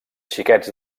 xiquets